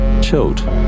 chilled